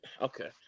Okay